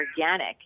organic